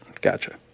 Gotcha